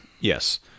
Yes